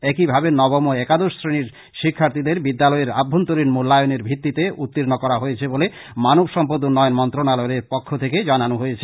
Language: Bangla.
একইভাবে নবম ও একাদশ শ্রেনীর শিক্ষার্থীদের বিদ্যালয়ের আভ্যন্তরীন মৃল্যায়নের ভিত্তিতে উত্তীর্ন করা হয়েছে বলে মানব সম্পদ উন্নয়ন মন্ত্রনালয়ের পক্ষ থেকে জানানো হয়েছে